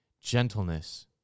gentleness